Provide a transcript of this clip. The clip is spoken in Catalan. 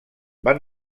van